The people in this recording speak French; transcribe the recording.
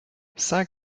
cent